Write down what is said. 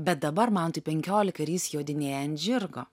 bet dabar mantui penkiolika ir jis jodinėja ant žirgo